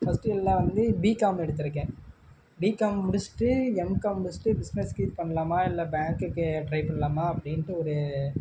first எல்லா வந்து BCom எடுத்திருக்கேன் பிகாம் முடிச்சுட்டு எம்காம் முடிச்சுட்டு பிஸ்னஸுக்கு இது பண்ணலாமா இல்லை பேங்க்குக்கு ட்ரை பண்ணலாமா அப்படின்ட்டு ஒரு